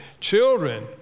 Children